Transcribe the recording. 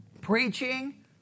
Preaching